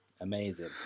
amazing